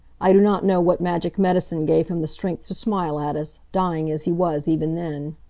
i do not know what magic medicine gave him the strength to smile at us, dying as he was even then.